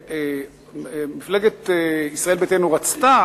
ומפלגת ישראל ביתנו רצתה,